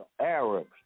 Arabs